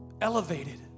elevated